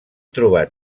trobat